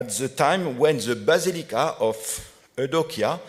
בזמן שהבזיליקה של אודוקיה